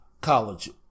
college